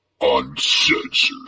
uncensored